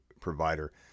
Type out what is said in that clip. provider